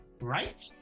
right